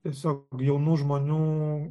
tiesiog jaunų žmonių